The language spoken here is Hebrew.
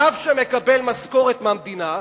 רב שמקבל משכורת מהמדינה,